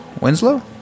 Winslow